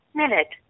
minute